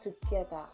together